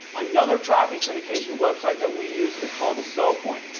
another property syndication website that we use is called sell point.